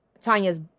Tanya's